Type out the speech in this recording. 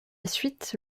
suite